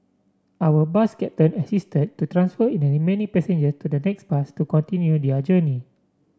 our bus captain assisted to transfer the remaining passenger to the next bus to continue their journey